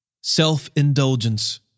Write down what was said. self-indulgence